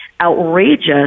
outrageous